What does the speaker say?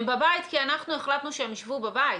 הם בבית כי אנחנו החלטנו שהם ישבו בבית.